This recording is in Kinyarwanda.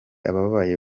ababaye